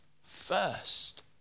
first